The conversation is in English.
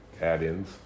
add-ins